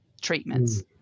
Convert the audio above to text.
treatments